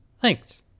Thanks